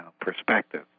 perspective